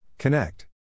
Connect